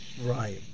Right